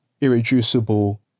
irreducible